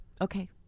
Okay